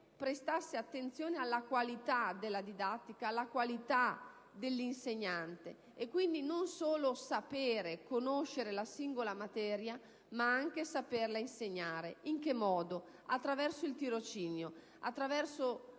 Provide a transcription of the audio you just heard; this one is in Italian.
prestasse attenzione alla qualità della didattica e alla qualità dell'insegnante: non solo sapere e conoscere la singola materia, ma anche saperla insegnare. In che modo? Attraverso il tirocinio: da